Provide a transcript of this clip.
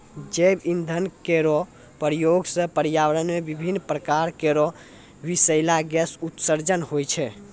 जैव इंधन केरो प्रयोग सँ पर्यावरण म विभिन्न प्रकार केरो बिसैला गैस उत्सर्जन होय छै